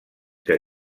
que